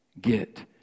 get